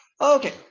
Okay